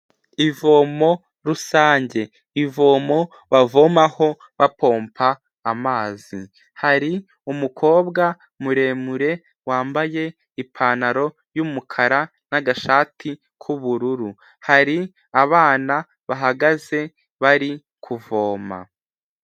Ivomo rusange, ivomo bavomaho bapompa amazi, hari umukobwa muremure wambaye ipantaro y’umukara n’agashati k'ubururu, hari abana bahagaze bari kuvoma.